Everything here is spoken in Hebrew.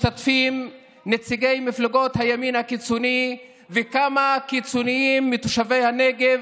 ומשתתפים נציגי מפלגות הימין הקיצוני וכמה קיצונים מתושבי הנגב,